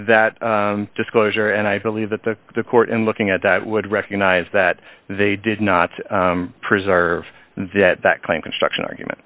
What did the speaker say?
that disclosure and i believe that the court in looking at that would recognize that they did not preserve that that claim construction argument